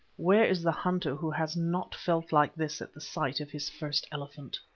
where is the hunter who has not felt like this at the sight of his first elephant?